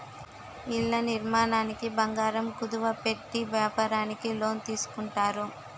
ఇళ్ల నిర్మాణానికి బంగారం కుదువ పెట్టి వ్యాపారానికి లోన్ తీసుకుంటారు